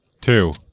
Two